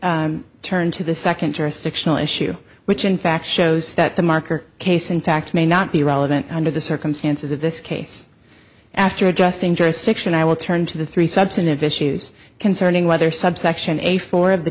turn to the second jurisdictional issue which in fact shows that the marker case in fact may not be relevant under the circumstances of this case after adjusting jurisdiction i will turn to the three substantive issues concerning whether subsection a for of the